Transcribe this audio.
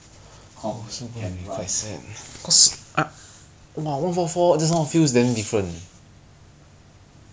thirty seventy the price singapore sing singapore